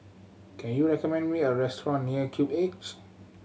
can you recommend me a restaurant near Cube eights